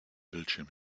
bildschirm